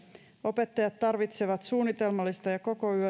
opettajat tarvitsevat suunnitelmallista ja koko